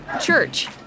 church